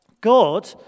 God